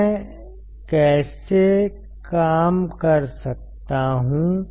मैं कैसे काम कर सकता हूं